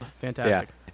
Fantastic